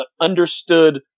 understood